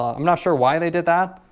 i'm not sure why they did that.